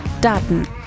Daten